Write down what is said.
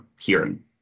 hearing